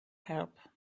help